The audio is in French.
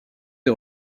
est